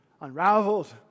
unraveled